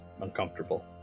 uncomfortable